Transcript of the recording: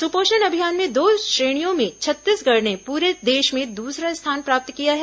सुपोषण अभियान में दो श्रेणियों में छत्तीसगढ़ ने पूरे देश में दूसरा स्थान प्राप्त किया है